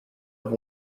have